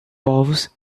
povos